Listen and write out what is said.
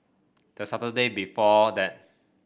the Saturday before that